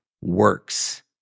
works